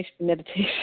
meditation